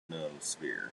ionosphere